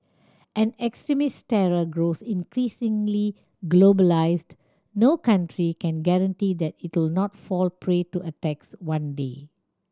an extremist terror grows increasingly globalised no country can guarantee that it'll not fall prey to attacks one day